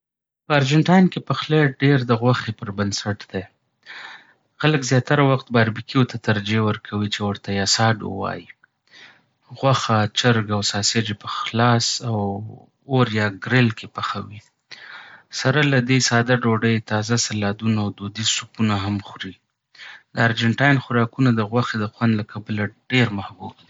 په ارجنټاین کې پخلی ډېر د غوښې پر بنسټ دی. خلک زیاتره وخت باربیکیو ته ترجیح ورکوي چې ورته یې اسادو وايي. غوښه، چرګ او ساسیج یې په خلاص اور یا ګریلو کې پخوي. سره له دې، ساده ډوډۍ، تازه سالادونه او دودیز سوپونه هم خوري. د ارجنټاین خوراکونه د غوښې د خوند له کبله ډېر محبوب دي.